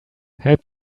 help